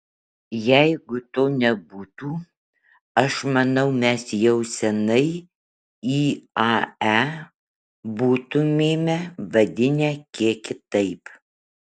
jeigu to nebūtų aš manau mes jau senai iae būtumėme vadinę kiek kitaip